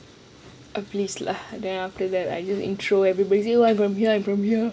please lah then after that I just intro everybody oh I'm from here I'm from here